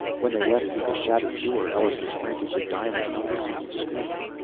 when they left through the shattered door ellus was frantically dialing numbers on his screen.